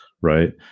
right